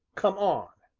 come on.